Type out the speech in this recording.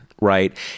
right